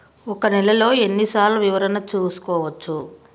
ఒక నెలలో ఎన్ని సార్లు వివరణ చూసుకోవచ్చు?